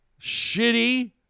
shitty